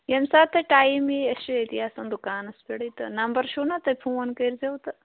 ییٚمہِ ساتہٕ تۄہہِ ٹایم یی أسۍ چھِ ییٚتی آسان دُکانَس پٮ۪ٹھٕے تہٕ نمبر چھُو نا تُہۍ فون کٔرۍزیو تہٕ